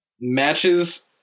Matches